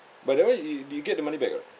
but that one you di~ you get the money back or not